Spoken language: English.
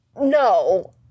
no